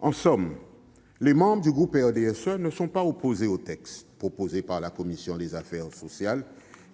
En somme, les membres du groupe RDSE ne sont pas opposés au texte proposé par la commission des affaires sociales